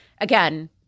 again